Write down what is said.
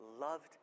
loved